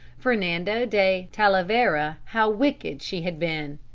fernando de talavera, how wicked she had been.